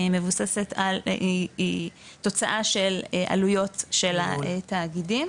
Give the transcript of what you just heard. היא תוצאה של עלויות של התאגידים.